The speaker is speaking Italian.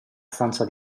stanza